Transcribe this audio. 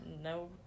No